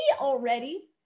already